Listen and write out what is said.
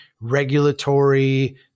regulatory